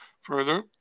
Further